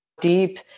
deep